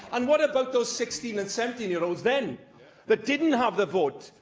and what about those sixteen and seventeen year olds then that didn't have the vote,